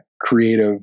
creative